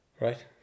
right